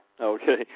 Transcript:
Okay